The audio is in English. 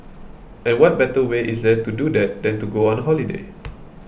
and what better way is there to do that than to go on holiday